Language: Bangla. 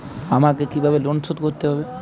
আমাকে কিভাবে লোন শোধ করতে হবে?